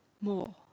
more